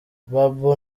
babou